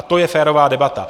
To je férová debata.